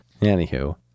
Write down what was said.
Anywho